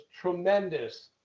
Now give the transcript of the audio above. tremendous